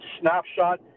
snapshot